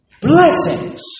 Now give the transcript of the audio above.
blessings